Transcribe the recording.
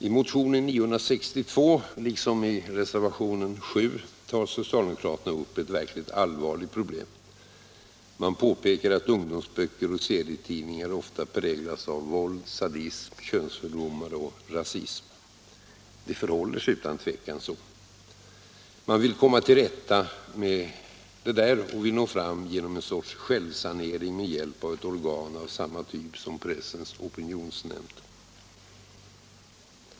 I motionen 962 liksom i reservationen 7 tar socialdemokraterna upp ett verkligt allvarligt problem. Man påpekar att ungdomsböcker och serietidningar ofta präglas av våld, sadism, könsfördomar och rasism. Det förhåller sig utan tvivel så. Man vill komma till rätta med detta och — Nr 111 vill nå fram genom en sorts självsanering med hjälp av ett organ av Onsdagen den samma typ som Pressens opinionsnämnd.